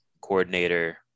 coordinator